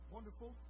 Wonderful